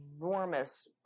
enormous